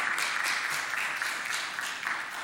(מחיאות כפיים)